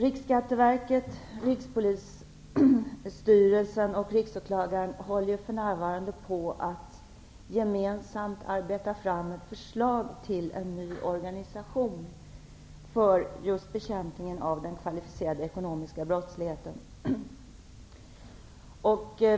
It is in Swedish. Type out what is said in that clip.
Riksåklagaren håller för närvarande på att gemensamt arbeta fram ett förslag till en ny organisation för just bekämpningen av den kvalificerade ekonomiska brottsligheten.